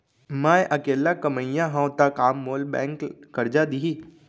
मैं अकेल्ला कमईया हव त का मोल बैंक करजा दिही?